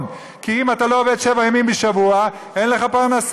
כי אם אתה לא עובד שבעה ימים בשבוע אין לך פרנסה.